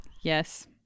yes